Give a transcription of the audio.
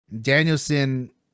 danielson